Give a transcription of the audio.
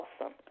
awesome